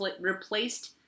replaced